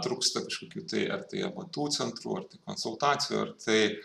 trūksta kažkokių tai ar tai amatų centrų ar tai konsultacijų ar tai